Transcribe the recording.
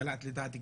קלעת לדעת גדולים,